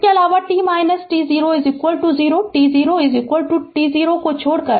इसके अलावा t t0 0 t0 t0 को छोड़कर